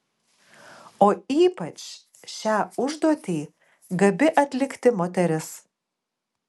o ypač šią užduotį gabi atlikti moteris